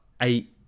eight